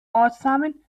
ortsnamen